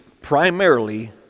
primarily